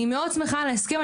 אני מאוד שמחה על ההסכם,